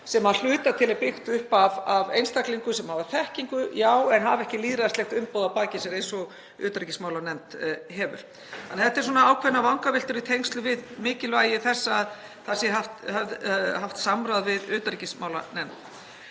sem að hluta til er byggt upp af einstaklingum sem hafa þekkingu, já, en hafa ekki lýðræðislegt umboð að baki sér eins og utanríkismálanefnd hefur. Þetta eru ákveðnar vangaveltur í tengslum við mikilvægi þess að það sé haft samráð við utanríkismálanefnd.